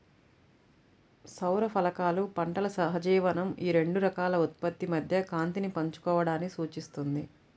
సౌర ఫలకాలు పంటల సహజీవనం ఈ రెండు రకాల ఉత్పత్తి మధ్య కాంతిని పంచుకోవడాన్ని సూచిస్తుంది